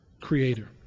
creator